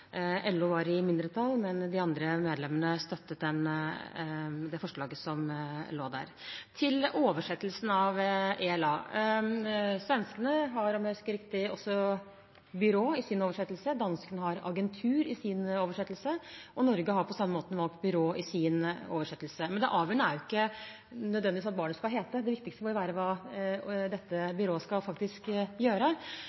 LO var i mindretall, men de andre medlemmene støttet det forslaget som forelå. Til oversettelsen av «ELA»: Svenskene har, om jeg husker riktig, også «byrå» i sin oversettelse. Danskene har «agentur» i sin oversettelse. Norge har på samme måte valgt «byrå» i sin oversettelse. Men det avgjørende er jo ikke hva barnet skal hete. Det viktigste må være hva dette